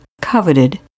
coveted